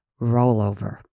rollover